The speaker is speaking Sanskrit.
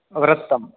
वृत्तं